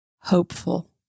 hopeful